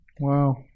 Wow